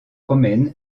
romaine